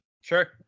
Sure